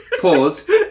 Pause